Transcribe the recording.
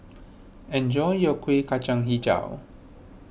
enjoy your Kueh Kacang HiJau